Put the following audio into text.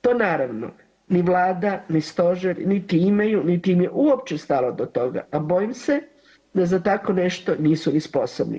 To naravno ni Vlada, ni Stožer niti imaju, niti im je uopće stalo do toga, a bojim se da za tako nešto nisu ni sposobni.